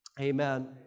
amen